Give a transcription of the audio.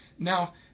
Now